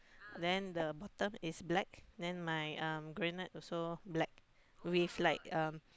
then the bottom is black then my um grenade also black with like um